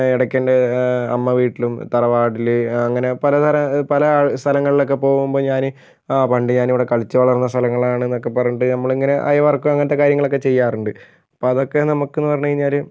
ഇടയ്ക്കെൻ്റെ അമ്മ വീട്ടിലും തറവാടിൽ അങ്ങനെ പല സ്ഥല പല സ്ഥലങ്ങളിലൊക്കെ പോകുമ്പോൾ ഞാൻ ആ പണ്ട് ഞാനിവിടെ കളിച്ച് വളർന്ന സ്ഥലങ്ങളാണ് എന്നൊക്കെ പറഞ്ഞിട്ട് നമ്മളിങ്ങനെ അയവിറക്കും അങ്ങനത്തെ കാര്യങ്ങളൊക്കെ ചെയ്യാറുണ്ട് അപ്പോൾ അതൊക്കെ നമുക്കെന്ന് പറഞ്ഞു കഴിഞ്ഞാൽ